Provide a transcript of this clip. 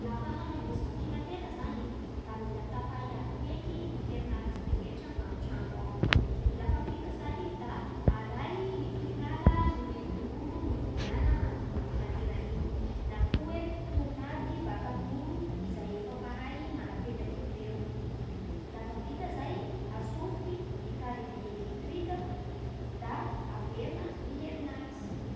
Lafa hanamboatsy vantilatera zany e, da mila tapahy aby heky ny herinaritsy amin'ny antrano ao, lafa vita zay da arahy ny torolala nomen'ny olo nividiana vantilatera igny na koa toro-marika baka amin'ny olo izay efa mahay manapetaky an'ireo, lafa vita zay da atsofiky ny tarobia electrika da averina ny herinaratsy.